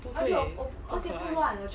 不会不可爱